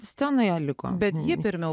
scenoje liko bet ji pirmiau